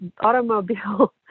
automobile